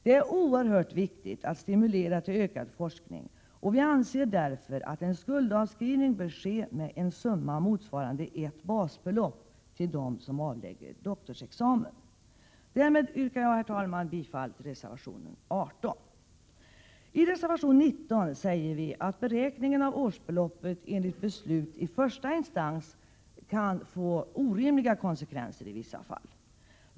Det är oerhört viktigt att stimulera till ökad forskning, och vi anser därför att skuldavskrivning bör ske med en summa motsvarande ett basbelopp för dem som avlägger doktorsexamen. Herr talman! Därmed yrkar jag bifall till reservation 18. I reservation 19 säger vi att beräkningen av årsbeloppet enligt beslut i första instans kan få orimliga konsekvenser i vissa fall.